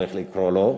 כך צריך לקרוא לו.